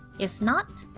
if not,